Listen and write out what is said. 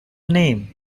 name